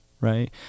Right